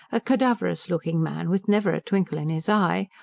a cadaverous-looking man, with never a twinkle in his eye,